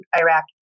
Iraq